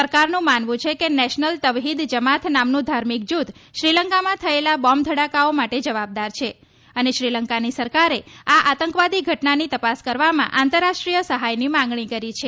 સરકારનું માનવું છે કે નેશનલ તવહીદ જમાથ નામનું ધાર્મિક જૂથ શ્રીલંકામાં થયેલા બોંબ ધડાકાઓ માટે જવાબદાર છે અને શ્રીલંકાની સરકારે આ આતંકવાદી ઘટનાની તપાસ કરવામાં આંતરરાષ્ટ્રીય સહાયની માંગણી કરી છે